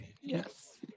Yes